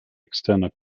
externer